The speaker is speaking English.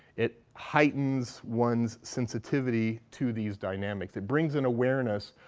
it heightens one's sensitivity to these dynamics. it brings an awareness.